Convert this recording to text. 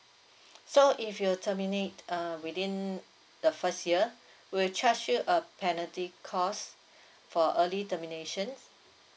so if you terminate uh within the first year we'll charge you a penalty cost for early termination